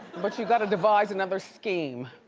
but you gotta devise another scheme.